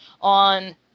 on